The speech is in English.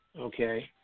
Okay